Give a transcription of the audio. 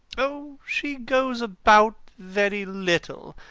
oh, she goes about very little.